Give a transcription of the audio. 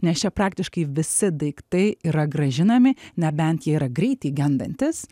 nes čia praktiškai visi daiktai yra grąžinami nebent jie yra greitai gendantys